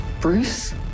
Bruce